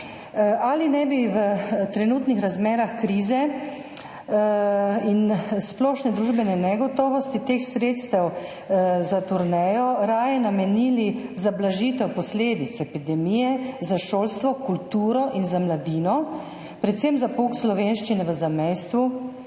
Ali ne bi v trenutnih razmerah krize in splošne družbene negotovosti teh sredstev za turnejo raje namenili za blažitev posledic epidemije, za šolstvo, kulturo in za mladino, predvsem za pouk slovenščine v zamejstvu,